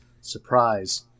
Surprise